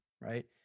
Right